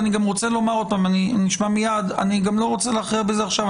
אני רוצה לומר שוב שאני לא רוצה להכריע בזה עכשיו.